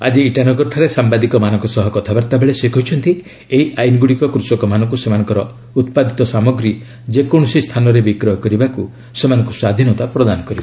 ଆଜି ଇଟାନଗରଠାରେ ସାମ୍ବାଦିକମାନଙ୍କ ସହ କଥାବାର୍ତ୍ତାବେଳେ ସେ କହିଛନ୍ତି ଏହି ଆଇନଗୁଡ଼ିକ କୃଷକମାନଙ୍କୁ ସେମାନଙ୍କର ଉତ୍ପାଦିତ ସାମଗ୍ରୀ ଯେକୌଣସି ସ୍ଥାନରେ ବିକ୍ରୟ କରିବାକୁ ସେମାନଙ୍କୁ ସ୍ୱାଧୀନତା ପ୍ରଦାନ କରିବ